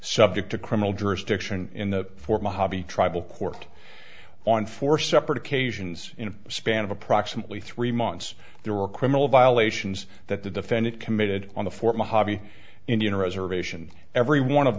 subject to criminal jurisdiction in the form of hobby tribal court on four separate occasions in a span of approximately three months there were criminal violations that the defendant committed on the fort mojave indian reservation every one of